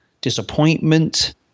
disappointment